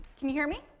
can you hear me?